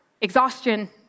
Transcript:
exhaustion